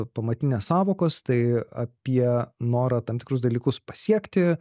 pamatinės sąvokos tai apie norą tam tikrus dalykus pasiekti